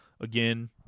again